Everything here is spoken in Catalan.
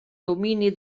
domini